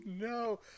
no